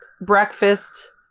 breakfast